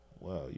Wow